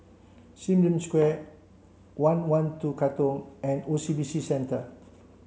Sim Lim Square one one two Katong and O C B C Centre